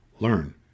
learn